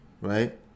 right